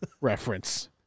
reference